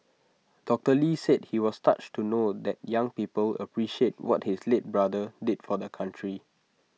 doctor lee said he was touched to know that young people appreciate what his late brother did for the country